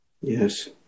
yes